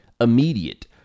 immediate